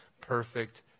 perfect